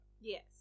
Yes